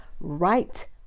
right